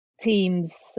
teams